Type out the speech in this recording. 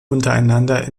untereinander